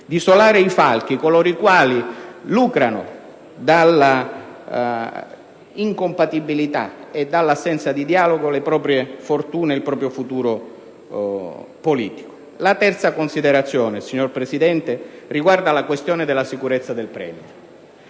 tifoserie, i falchi, coloro i quali lucrano dalla incompatibilità e dall'assenza di dialogo le proprie fortune e il proprio futuro politico. La terza considerazione, signor Presidente, riguarda la questione della sicurezza del Premier.